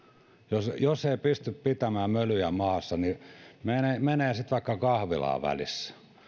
puhuvat jos ei pysty pitämään mölyjä mahassa niin menee sitten vaikka kahvilaan välillä